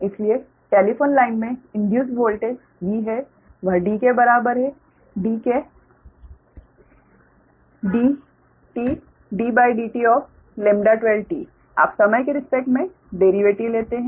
इसलिए telephone line में induced voltage V है वह d के बराबर है d के dTddtof 12 आप समय के रिस्पेक्ट मे डिरिवैटिव लेते है